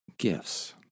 Gifts